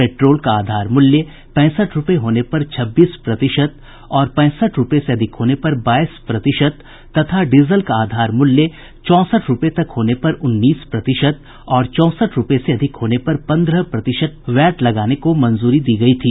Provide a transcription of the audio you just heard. petrol का आधार मूल्य पैंसठ रूपये होने पर छब्बीस प्रतिशत और पैंसठ रूपये से अधिक होने पर बाईस प्रतिशत तथा डीजल का आधार मूल्य चौंसठ रूपये तक होने पर उन्नीस प्रतिशत और चौंसठ रूपये से अधिक होने पर पन्द्रह प्रतिशत वैट लगाने को मंजूरी दी गयी थी